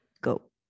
go